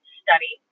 study